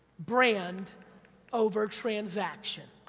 brand over transaction.